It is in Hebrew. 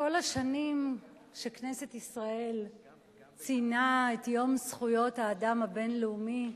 כל השנים שכנסת ישראל ציינה את יום זכויות האדם הבין-לאומי,